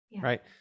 right